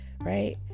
right